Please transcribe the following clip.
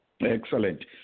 Excellent